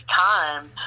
time